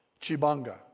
Chibanga